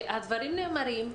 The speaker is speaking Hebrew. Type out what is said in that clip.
שהדברים נאמרים,